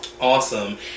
awesome